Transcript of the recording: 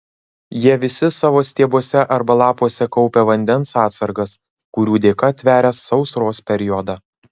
jie visi savo stiebuose arba lapuose kaupia vandens atsargas kurių dėka tveria sausros periodą